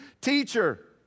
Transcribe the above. Teacher